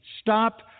Stop